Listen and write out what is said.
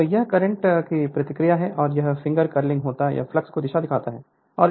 तो यह करंट की प्रतिक्रिया है और यह फिंगर कर्लिंग होगा यह फ्लक्स की दिशा होगी